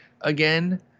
again